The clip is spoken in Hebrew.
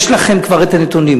כבר יש לכם הנתונים,